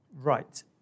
Right